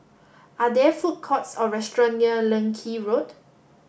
are there food courts or restaurants near Leng Kee Road